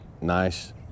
Nice